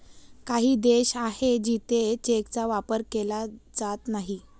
काही देश आहे जिथे चेकचा वापर केला जात नाही